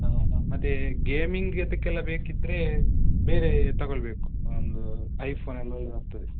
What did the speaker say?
ಹಾಂ ಹಾಂ ಮತ್ತು ಗೇಮಿಂಗ್ ಅದಕ್ಕೆಲ್ಲ ಬೇಕಿದ್ದರೆ ಬೇರೆ ತೊಗೊಳ್ಬೇಕು ಒಂದು ಐಫೋನ್ ಆಗ್ತದೆ